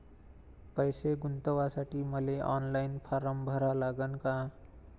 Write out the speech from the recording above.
पैसे गुंतवासाठी मले ऑनलाईन फारम भरा लागन का?